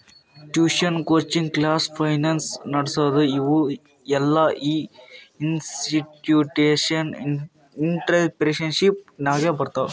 tuition, coaching class, finance ನಡಸದು ಇವು ಎಲ್ಲಾಇನ್ಸ್ಟಿಟ್ಯೂಷನಲ್ ಇಂಟ್ರಪ್ರಿನರ್ಶಿಪ್ ನಾಗೆ ಬರ್ತಾವ್